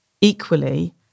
equally